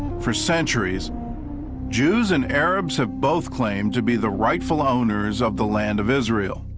for centuries jews and arabs have both claimed to be the rightful owners of the land of israel.